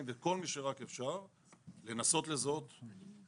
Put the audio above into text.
ואת כל מי שרק אפשר כדי לנסות לזהות את